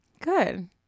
Good